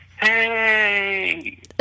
Hey